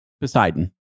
Poseidon